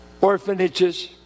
orphanages